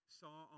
saw